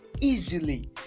easily